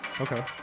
Okay